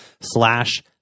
slash